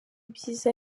ibyiza